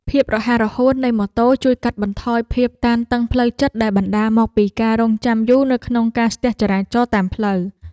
ភាពរហ័សរហួននៃម៉ូតូជួយកាត់បន្ថយភាពតានតឹងផ្លូវចិត្តដែលបណ្ដាលមកពីការរង់ចាំយូរនៅក្នុងការស្ទះចរាចរណ៍តាមផ្លូវ។